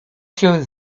się